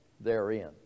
therein